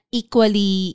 equally